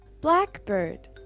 Blackbird